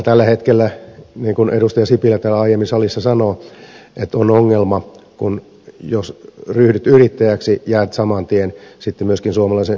tällä hetkellä niin kuin edustaja sipilä täällä aiemmin salissa sanoi tämä on ongelma että jos ryhdyt yrittäjäksi jäät saman tien sitten myöskin suomalaisen sosiaaliturvan ulkopuolelle